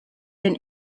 than